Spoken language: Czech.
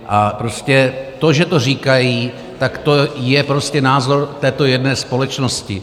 A to, že to říkají, tak to je prostě názor této jedné společnosti.